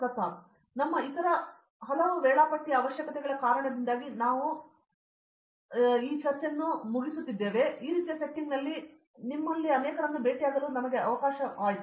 ಪ್ರತಾಪ್ ಹರಿದಾಸ್ ನಮ್ಮ ಇತರ ಹಲವು ವೇಳಾಪಟ್ಟಿಯ ಅವಶ್ಯಕತೆಗಳ ಕಾರಣದಿಂದಾಗಿ ನಾವು ಸಾಮಾನ್ಯವಾಗಿ ಹೊಂದಿರದಂತಹ ಈ ರೀತಿಯ ಸೆಟ್ಟಿಂಗ್ನಲ್ಲಿ ನಿಮ್ಮಲ್ಲಿ ಅನೇಕರನ್ನು ಪೂರೈಸಲು ನಮಗೆ ಉತ್ತಮ ಅವಕಾಶವಾಗಿದೆ